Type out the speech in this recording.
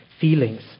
feelings